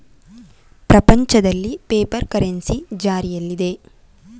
ಪ್ರಪಂಚದಲ್ಲಿ paper currency ಜಾರಿಯಲ್ಲಿದೆ